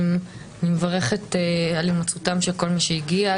אני מברכת על הימצאותם של כל מי שהגיע,